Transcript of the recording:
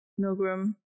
Milgram